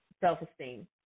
self-esteem